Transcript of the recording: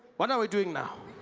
what are we doing now?